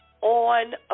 on